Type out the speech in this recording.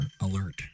alert